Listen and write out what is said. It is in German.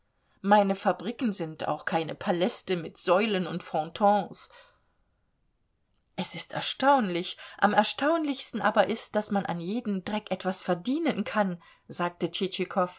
meine fabriken sind auch keine paläste mit säulen und frontons es ist erstaunlich am erstaunlichsten aber ist daß man an jedem dreck etwas verdienen kann sagte